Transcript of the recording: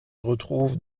retrouvent